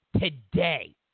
today